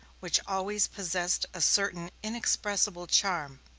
which always possessed a certain inexpressible charm,